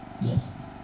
Yes